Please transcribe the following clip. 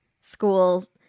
school